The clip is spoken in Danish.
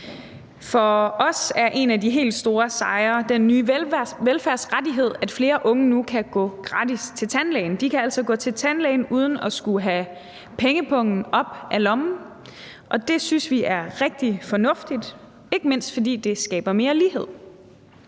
For os er en af de helt store sejre den nye velfærdsrettighed, at flere unge nu kan gå gratis til tandlæge. De kan altså gå til tandlægen uden at skulle have pengepungen op af lommen, og det synes vi er rigtig fornuftigt, ikke mindst fordi det skaber mere lighed.